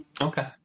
okay